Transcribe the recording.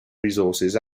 resources